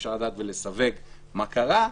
אפשר לסווג מה קרה.